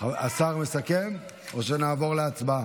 השר מסכם או שנעבור להצבעה?